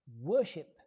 Worship